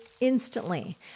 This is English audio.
instantly